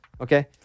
Okay